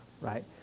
right